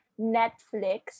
Netflix